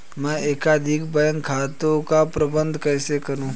मैं एकाधिक बैंक खातों का प्रबंधन कैसे करूँ?